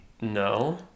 No